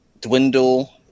dwindle